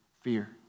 fear